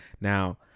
now